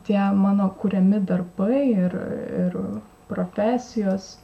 tie mano kuriami darbai ir ir profesijos